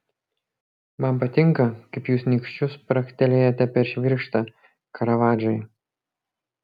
man patinka kaip jūs nykščiu spragtelėjate per švirkštą karavadžai